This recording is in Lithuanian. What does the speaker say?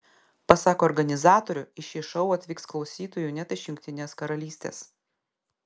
pasak organizatorių į šį šou atvyks klausytojų net iš jungtinės karalystės